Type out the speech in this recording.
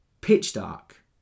pitch-dark